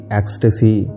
ecstasy